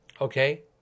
okay